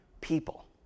people